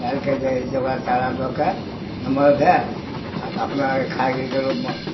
डालिके जे हइ से ओकरा चारा दऽके नमहर भेल आ अपनाके खाइके गेलहुॅं